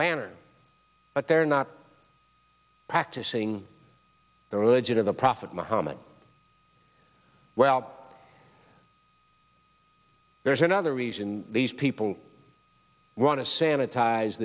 banner but they're not practicing their religion of the prophet muhammad well there's another reason these people want to sanitize